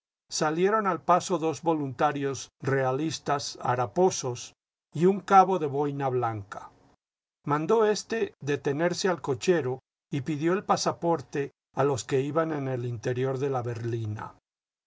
salieron al paso dos voluntarios reahstas haraposos y un cabo de boina blanca mandó éste detenerse al cochero y pidió el pasaporte a los que iban en el interior de la berlina